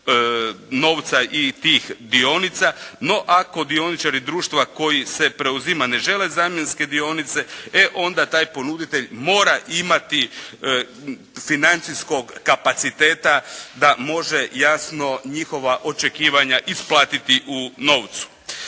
novca i tih dionica. No, ako dioničari društva koji se preuzima ne žele zamjenske dionice e onda taj ponuditelj mora imati financijskog kapaciteta da može jasno njihova očekivanja isplatiti u novcu.